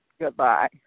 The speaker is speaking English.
Goodbye